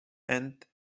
and